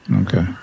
okay